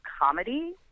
comedy